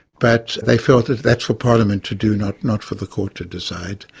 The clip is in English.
but they felt that that's for parliament to do, not not for the court to decide.